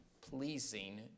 pleasing